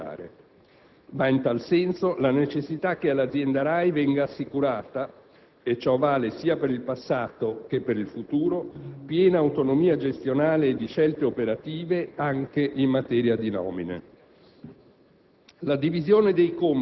da parte dell'organo consiliare. Va in tal senso la necessità che all'azienda RAI venga assicurata - e ciò vale sia per il passato che per il futuro - piena autonomia gestionale e di scelte operative, anche in materia di nomine.